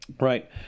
Right